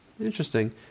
interesting